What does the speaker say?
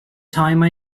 time